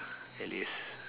at least